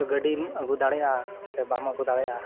ᱜᱟᱹᱰᱤ ᱟᱹᱜᱩ ᱫᱟᱲᱮᱜᱼᱟ ᱥᱮ ᱵᱟᱢ ᱟᱹᱜᱩ ᱫᱟᱲᱮᱜᱼᱟ